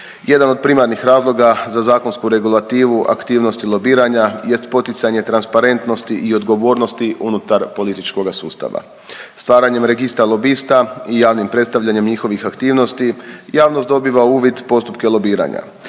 Jedan od primarnih razloga za zakonsku regulativu aktivnosti lobiranja jest poticanje transparentnosti i odgovornosti unutar političkoga sustava. Stvaranjem Registra lobista i javnim predstavljanjem njihovih aktivnosti javnost dobiva uvid u postupke lobiranja.